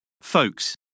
folks